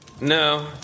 No